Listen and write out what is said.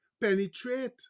Penetrate